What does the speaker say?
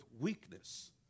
weakness